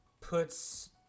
puts